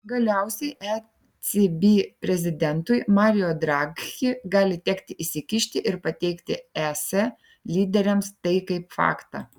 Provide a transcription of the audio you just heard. galiausiai ecb prezidentui mario draghi gali tekti įsikišti ir pateikti es lyderiams tai kaip faktą